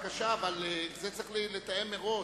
על המכסה, בבקשה, אבל את זה צריך לתאם מראש.